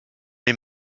les